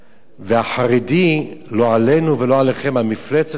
והחרדי, לא עלינו ולא עליכם, המפלצת הזאת